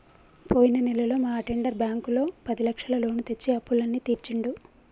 పోయిన నెలలో మా అటెండర్ బ్యాంకులో పదిలక్షల లోను తెచ్చి అప్పులన్నీ తీర్చిండు